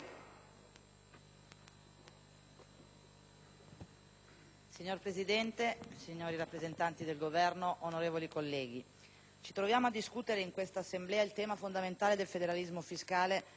Signora Presidente, signori rappresentanti del Governo, onorevoli colleghi, ci troviamo a discutere in questa Assemblea il tema fondamentale del federalismo fiscale, attraverso